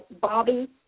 Bobby